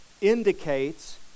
indicates